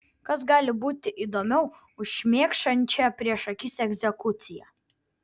kas gali būti įdomiau už šmėkšančią prieš akis egzekuciją